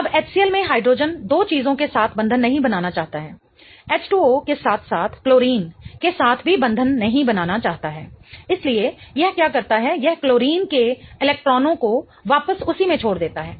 अब HCl में hydrogen दो चीजों के साथ बंधन नहीं बनाना चाहता है H2O के साथ साथ क्लोरीन के साथ भी बंधन नहीं बनाना चाहता है इसलिए यह क्या करता है यह क्लोरीन के इलेक्ट्रॉनों को वापस उसी में छोड़ देता है